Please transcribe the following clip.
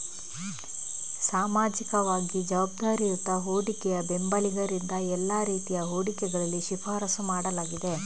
ಸಾಮಾಜಿಕವಾಗಿ ಜವಾಬ್ದಾರಿಯುತ ಹೂಡಿಕೆಯ ಬೆಂಬಲಿಗರಿಂದ ಎಲ್ಲಾ ರೀತಿಯ ಹೂಡಿಕೆಗಳಲ್ಲಿ ಶಿಫಾರಸು ಮಾಡಲಾಗಿದೆ